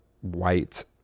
white